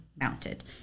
mounted